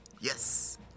Yes